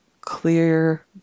clear